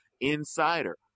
insider